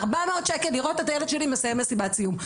400 שקל לראות את הילד שלי מסיים את בית ספר.